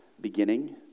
beginning